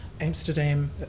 Amsterdam